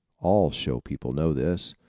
all show people know this.